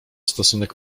stosunek